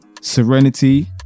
serenity